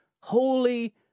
holy